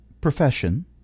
profession